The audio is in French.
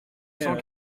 cent